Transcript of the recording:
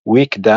בבית הספר למוזיקה